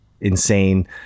insane